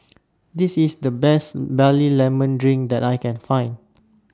This IS The Best Barley Lemon Drink that I Can Find